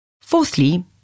Fourthly